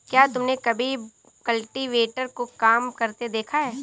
क्या तुमने कभी कल्टीवेटर को काम करते देखा है?